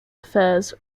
affairs